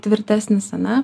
tvirtesnis ar ne